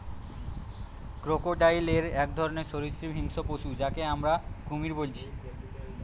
crocodile এক ধরণের সরীসৃপ হিংস্র পশু যাকে আমরা কুমির বলছি